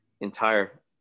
entire